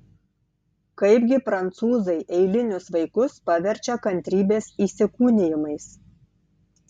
kaipgi prancūzai eilinius vaikus paverčia kantrybės įsikūnijimais